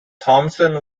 thomson